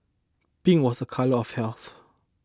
pink was a colour of health